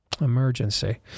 Emergency